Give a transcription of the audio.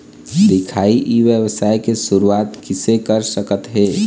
दिखाही ई व्यवसाय के शुरुआत किसे कर सकत हे?